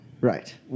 Right